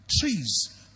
trees